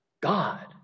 God